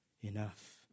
enough